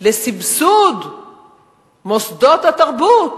לסבסוד מוסדות התרבות,